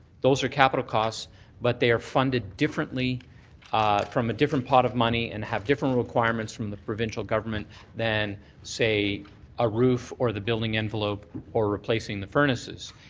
those are capital costs but they are funded differently from a different pot of money and have different requirements from the provincial government than say a roof or the building envelope or replacing the furnaces.